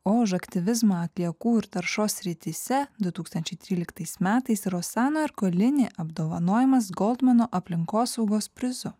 o už aktyvizmą atliekų ir taršos srityse du tūkstančiai tryliktais metais rosano erkolini apdovanojamas goldmano aplinkosaugos prizu